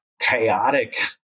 chaotic